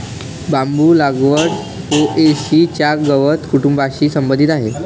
बांबू लागवड पो.ए.सी च्या गवत कुटुंबाशी संबंधित आहे